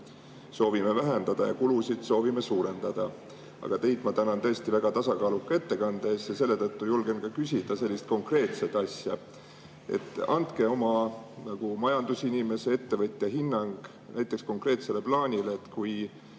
soovime vähendada ja kulusid soovime suurendada. Aga teid ma tänan väga tasakaaluka ettekande eest ja selle tõttu julgen küsida sellist konkreetset asja. Andke oma majandusinimese, ettevõtja hinnang konkreetsele plaanile, kui